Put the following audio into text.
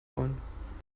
wollen